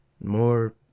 more